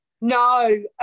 No